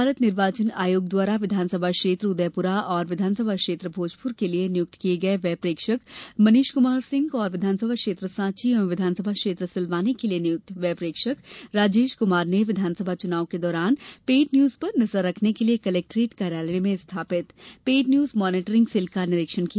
भारत निर्वाचन आयोग द्वारा विधानसभा क्षेत्र उदयपुरा तथा विधानसभा क्षेत्र भोजपुर के लिए नियुक्त किए गए व्यय प्रेक्षक मनीष कुमार सिंह और विधानसभा क्षेत्र सांची एवं विधानसभा क्षेत्र सिलवानी के लिए नियुक्त व्यय प्रेक्षक राजेश कुमार ने विधानसभा चुनाव के दौरान पेड न्यूज पर नजर रखने के लिए कलेक्ट्रेट कार्यालय में स्थापित पेड न्यूज मॉनीटरिंग सेल का निरीक्षण किया